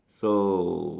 so